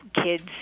kids